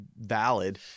valid